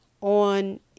on